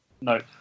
No